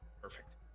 Perfect